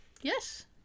Yes